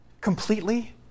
completely